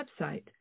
website